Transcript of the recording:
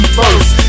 first